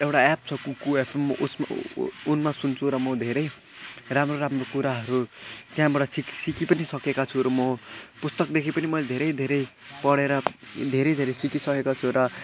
एउटा एप छ कुकु एफएम उस उनमा सुन्छु र म धेरै राम्रो राम्रो कुराहरू त्यहाँबाट सिक सिकी पनि सकेका छु र म पुस्तकदेखि पनि मैले धेरै धेरै पढेर धेरै धेरै सिकिसकेको छु र